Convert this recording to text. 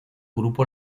grupo